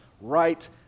right